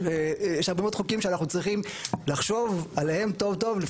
יש הרבה מאוד חוקים שאנחנו צריכים לחשוב עליהם טוב טוב.